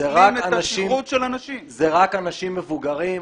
זה רק אנשים מבוגרים.